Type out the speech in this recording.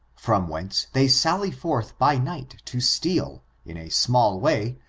from whence they sally forth by night to steal, in a small way,